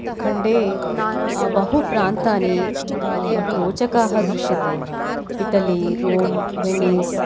खण्डे बहु प्रान्तानि बहु रोचकाः दृश्यते इटलि रों विनिस्